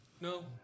No